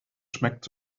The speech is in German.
schmeckt